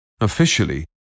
Officially